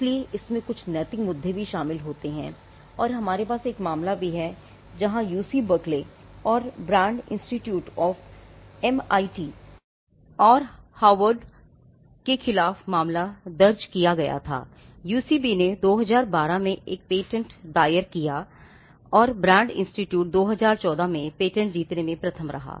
इसलिए इसमें कुछ नैतिक मुद्दे भी शामिल होते हैं और हमारे पास एक मामला भी है जहां यूसी बर्कले 2014 में पेटेंट जीतने में प्रथम रहा